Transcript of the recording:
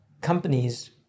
companies